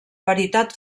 veritat